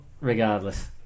regardless